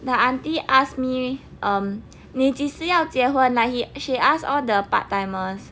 the aunty asked me um 你几时要结婚 like she asked all the part timers